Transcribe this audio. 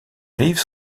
rives